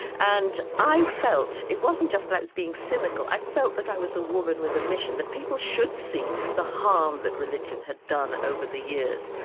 and i felt it wasn't just that i was being cynical, i felt that i was a woman with a mission, that people should see the harm that religion had done over the years,